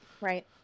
Right